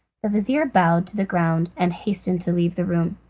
the vizir bowed to the ground and hastened to leave the room